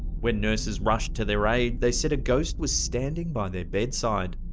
when nurses rushed to their aid, they said a ghost was standing by their bedside.